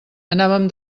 anàvem